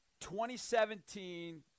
2017